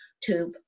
tube